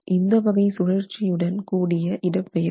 இந்த வகை சுழற்சியுடன் கூடிய இடப்பெயர்ச்சி